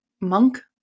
Monk